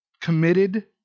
committed